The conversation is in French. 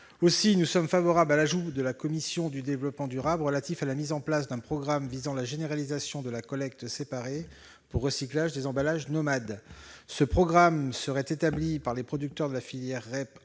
Aussi, nous sommes favorables à l'ajout par la commission de la mise en place d'un programme visant à la généralisation de la collecte séparée pour recyclage des emballages nomades. Or ce programme serait établi par les producteurs de la filière REP